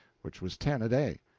which was ten a day.